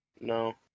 no